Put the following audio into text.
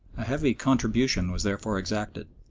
a heavy contribution was therefore exacted,